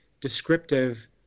descriptive